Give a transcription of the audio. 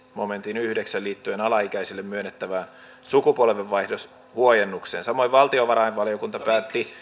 momentin liittyen alaikäisille myönnettävään sukupolvenvaihdoshuojennukseen samoin valtiovarainvaliokunta päätti